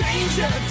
Danger